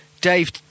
Dave